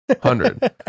hundred